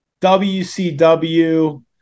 wcw